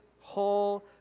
whole